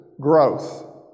growth